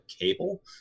cable